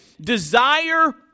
desire